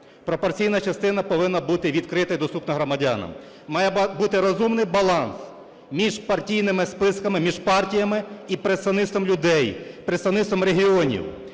пропорційна частина повинна бути відкрита і доступна громадянам, має бути розумний баланс між партійними списками, між партіями і представництвом людей, представництвом регіонів.